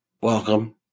Welcome